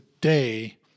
day